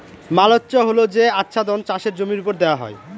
mulch হল যে আচ্ছাদন চাষের জমির ওপর দেওয়া হয়